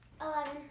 Eleven